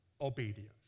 obedience